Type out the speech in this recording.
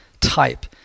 type